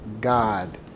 God